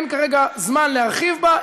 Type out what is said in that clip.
אין כרגע זמן להרחיב בה.